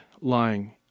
lying